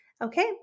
okay